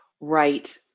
Right